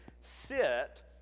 sit